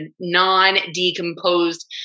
non-decomposed